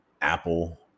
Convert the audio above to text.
Apple